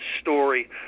story